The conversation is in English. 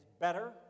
better